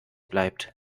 bleibt